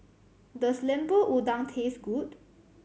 does Lemper Udang taste good